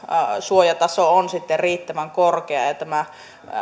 suojataso on sitten riittävän korkea ja ja